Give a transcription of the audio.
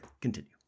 continue